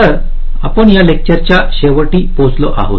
तर आपण या लेक्चरच्या शेवटी पोहोचलो आहोत